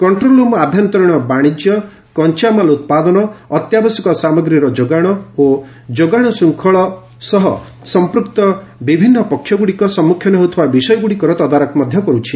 control room ଆଭ୍ୟନ୍ତରୀଣ ବାଶିଜ୍ୟ କଞ୍ଚାମାଲ ଉତ୍ପାଦନ ଆତ୍ୟାବଶ୍ୟକ ସାମଗ୍ରୀର ଯୋଗାଣ ଓ ଯୋଗାଣ ଶୃଙ୍ଖଳ ସହ ସମ୍ପୂକ୍ତ ବିଭିନ୍ନ ପକ୍ଷଗୁଡ଼ିକ ସମ୍ମୁଖୀନ ହେଉଥିବା ବିଷୟଗୁଡ଼ିକର ତଦାରଖ କରୁଛି